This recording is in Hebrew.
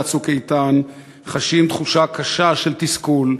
"צוק איתן" חשים תחושה קשה של תסכול,